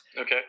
Okay